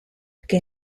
che